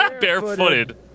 Barefooted